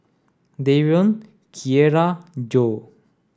Darion Kierra and Joe